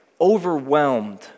overwhelmed